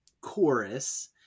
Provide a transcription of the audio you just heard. chorus